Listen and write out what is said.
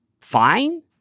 fine